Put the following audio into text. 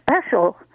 special